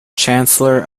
chancellor